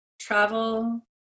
travel